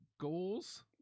goals